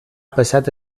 passat